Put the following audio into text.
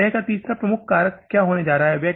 और व्यय का तीसरा प्रमुख कारक क्या होने जा रहा है